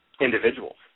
individuals